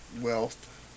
wealth